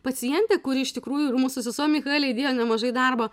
pacientę kuri iš tikrųjų ir mūsų sesuo michaelė įdėjo nemažai darbo